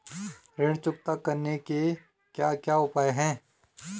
ऋण चुकता करने के क्या क्या उपाय हैं?